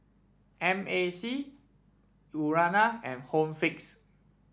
M A C Urana and Home Fix